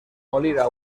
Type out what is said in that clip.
molina